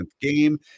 game